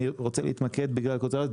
אני רוצה להתמקד בגלל קוצר הזמן,